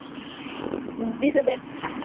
बीस रुपये